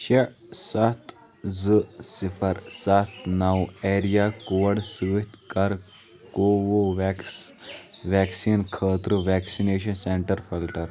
شیےٚ سَتھ زٕ صِفر سَتھ نو ایریا کوڈ سۭتۍ کر کو وو ویٚکس ویکسیٖن خٲطرٕ ویکسِنیشن سینٹر فلٹر